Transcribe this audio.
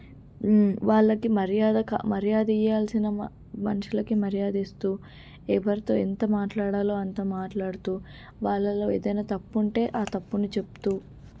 వాళ్ళకి మర్యాద కా మర్యాద ఇవ్వాల్సిన మనుషులకి మర్యాదిస్తూ ఎవరితో ఎంత మాట్లాడాలో అంత మాట్లాడుతూ వాళ్ళలో ఏదైనా తప్పుంటే ఆ తప్పును చెప్తూ